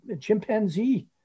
chimpanzee